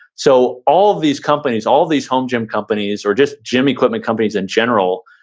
so all of these companies, all these home gym companies or just gym equipment companies, in general,